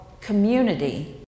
community